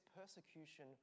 persecution